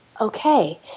okay